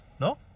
No